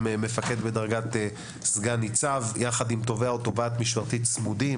מפקד בדרגת סגן ניצב יחד עם תובע או תובעת משפטית צמודים